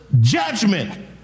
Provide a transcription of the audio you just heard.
judgment